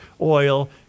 oil